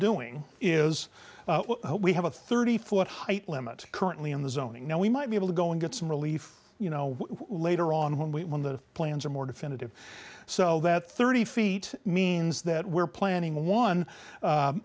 doing is we have a thirty foot height limit currently in the zoning now we might be able to go and get some relief you know later on when we when the plans are more definitive so that thirty feet means that we're planning on